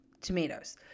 tomatoes